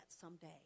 someday